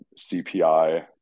CPI